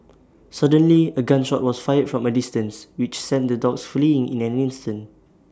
suddenly A gun shot was fired from A distance which sent the dogs fleeing in an instant